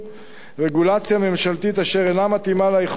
4. רגולציה ממשלתית אשר אינה מתאימה ליכולת